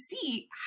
see